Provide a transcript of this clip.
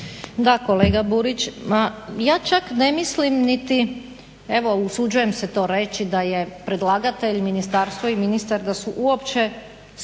Da, kolega Burić ma ja čak ne mislim niti evo usuđujem se to reći da je predlagatelj, ministarstvo i ministar da su uopće